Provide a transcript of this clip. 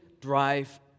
drive